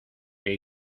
que